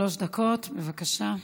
שלוש דקות, בבקשה.